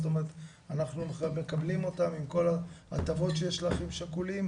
זאת אומרת אנחנו מקבלים אותם עם כל ההטבות שיש לאחים שכולים,